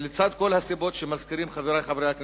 לצד כל הסיבות שמזכירים חברי חברי הכנסת,